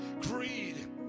greed